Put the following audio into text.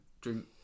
drink